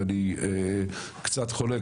ואני קצת חולק,